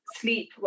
sleep